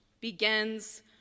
begins